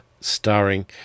starring